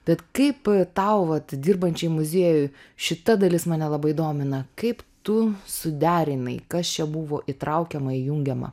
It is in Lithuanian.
bet kaip tau vat dirbančiai muziejui šita dalis mane labai domina kaip tu suderinai kas čia buvo įtraukiama įjungiama